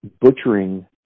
butchering